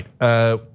right